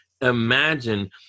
imagine